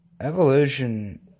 evolution